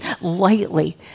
lightly